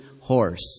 horse